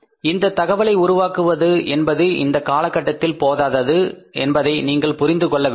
இங்கு தகவலை உருவாக்குவது என்பது இந்த காலகட்டத்தில் போதாது என்பதை நீங்கள் புரிந்து கொள்ள வேண்டும்